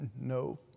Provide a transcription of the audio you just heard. No